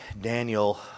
Daniel